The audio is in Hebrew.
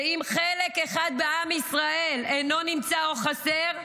שאם חלק אחד בעם ישראל אינו נמצא או חסר,